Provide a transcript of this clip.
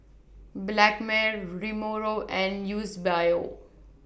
blackmail Ramiro and Eusebio